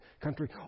country